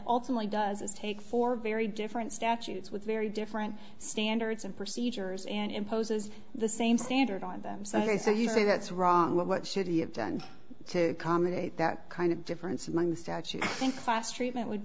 ultimately does is take for very different statutes with very different standards and procedures and imposes the same standard on them say so you think that's wrong what should he have done to accommodate that kind of difference among the statutes think class treatment would